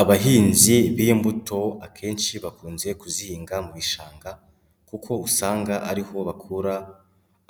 Abahinzi b'imbuto akenshi bakunze kuzihinga mu bishanga kuko usanga ariho bakura